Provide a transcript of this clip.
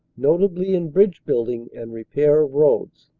notably in bridge-building and repair of roads.